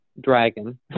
Dragon